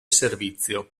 servizio